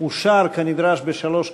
אושר כנדרש בשלוש קריאות.